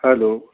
sir